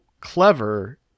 clever